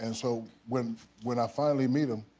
and so when when i finally meet him,